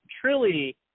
truly